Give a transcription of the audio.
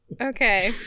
Okay